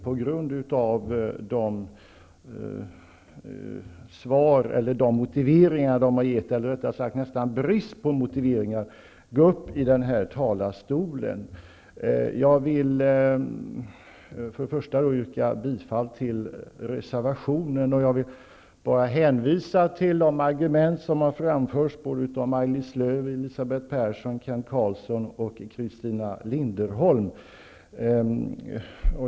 På grund av deras brist på motiveringar kände jag mig tvingad att gå upp i talarstolen. Jag vill först och främst yrka bifall till reservationen. Dessutom vill jag hänvisa till de argument som har framförts av Maj-Lis Lööw, Linderholm.